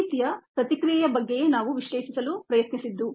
ಈ ರೀತಿಯ ಪ್ರತಿಕ್ರಿಯೆಯ ಬಗ್ಗೆಯೇ ನಾವು ವಿಶ್ಲೇಷಿಸಲು ಪ್ರಯತ್ನಿಸುತ್ತಿದ್ದು